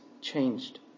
changed